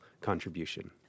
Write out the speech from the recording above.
contribution